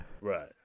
Right